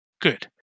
Good